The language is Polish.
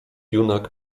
junak